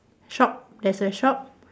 shop there's a shop